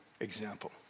example